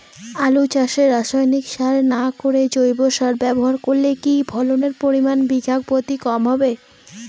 আলু চাষে রাসায়নিক সার না করে জৈব সার ব্যবহার করলে কি ফলনের পরিমান বিঘা প্রতি কম হবে?